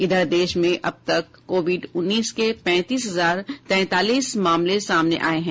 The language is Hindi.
इधर देश में अब तक कोविड उन्नीस के पैंतीस हजार तैंतालीस मामले सामने आये हैं